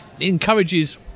encourages